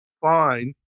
fine